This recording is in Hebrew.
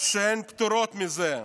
שפטורות מזה."